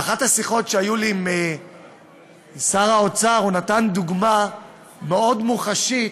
באחת השיחות שהיו לי עם שר האוצר הוא נתן דוגמה מאוד מוחשית